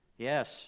Yes